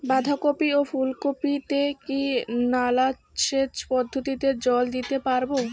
বাধা কপি ও ফুল কপি তে কি নালা সেচ পদ্ধতিতে জল দিতে পারবো?